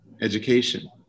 education